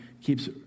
keeps